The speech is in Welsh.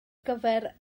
gyfer